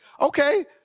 Okay